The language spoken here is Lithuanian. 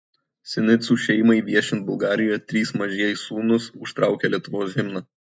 sinicų šeimai viešint bulgarijoje trys mažieji sūnūs užtraukė lietuvos himną